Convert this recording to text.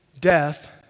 death